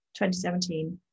2017